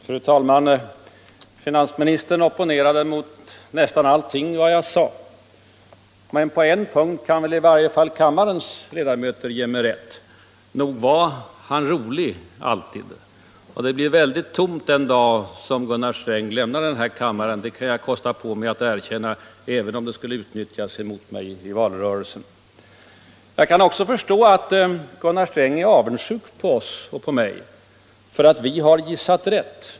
Fru talman! Finansministern opponerade sig mot nästan allting vad jag sagt. Men på en punkt kan väl i alla fall kammarens ledamöter ge mig rätt: nog var han rolig alltid. Det blir väldigt tomt den dag Gunnar Sträng lämnar kammaren -- det kan jag kosta på mig att erkänna, även om det skulle användas emot mig i valrörelsen. Allmänpolitisk debatt Allmänpolitisk debatt 160 Jag kan också förstå att Gunnar Sträng är avundsjuk på oss och på mig för att vi gissat rätt.